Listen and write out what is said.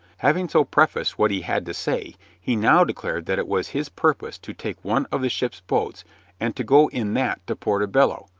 having so prefaced what he had to say, he now declared that it was his purpose to take one of the ship's boats and to go in that to porto bello,